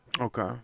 Okay